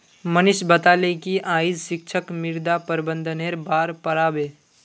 मनीष बताले कि आइज शिक्षक मृदा प्रबंधनेर बार पढ़ा बे